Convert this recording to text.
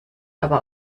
aber